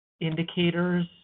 Indicators